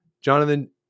Jonathan